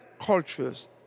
cultures